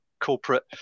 corporate